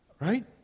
Right